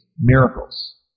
Miracles